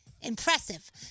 impressive